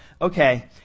okay